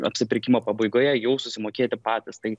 apsipirkimo pabaigoje jau susimokėti patys tai